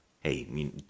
hey